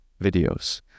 videos